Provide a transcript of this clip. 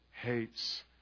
hates